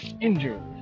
injured